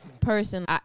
person